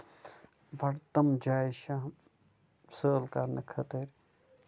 بڈٕ تِم جایہِ چھےٚ سٲلۍ کرنہٕ خٲطٔر